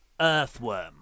Earthworm